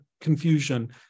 confusion